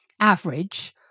average